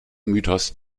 mythos